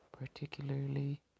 particularly